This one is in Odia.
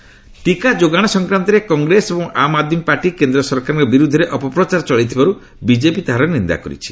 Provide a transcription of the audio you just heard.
ବିଜେପି ଭାକ୍ଟିନ୍ ଟିକା ଯୋଗାଣ ସଂକ୍ରାନ୍ତରେ କଂଗ୍ରେସ ଏବଂ ଆମ୍ ଆଦ୍ମୀ ପାର୍ଟି କେନ୍ଦ୍ର ସରକାରଙ୍କ ବିରୋଧରେ ଅପପ୍ରଚାର କରାଇଥିବାରୁ ବିକେପି ତାହାର ନିନ୍ଦା କରିଛି